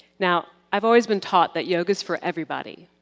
now, i've always been taught that yoga is for everybody.